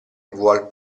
vuol